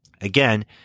Again